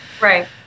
Right